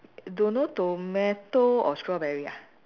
don't know tomato or strawberry ah